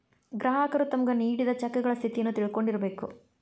ಗ್ರಾಹಕರು ತಮ್ಗ್ ನೇಡಿದ್ ಚೆಕಗಳ ಸ್ಥಿತಿಯನ್ನು ತಿಳಕೊಂಡಿರ್ಬೇಕು